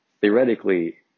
Theoretically